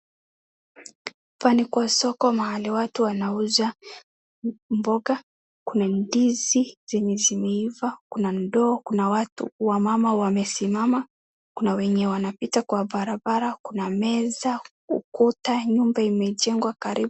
Hapa ni kwa soko mahali watu wanauza mboga , kuna ndizi zenye zimeiva , kuna ndoo kuna watu , wamama wamesimama , kuna wenye wanapita kwa barabara kuna meza ukuta nyumba imejengwa karibu .